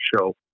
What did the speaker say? show